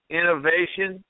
innovation